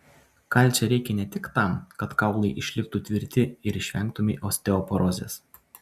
kalcio reikia ne tik tam kad kaulai išliktų tvirti ir išvengtumei osteoporozės